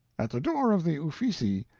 at the door of the ufizzi,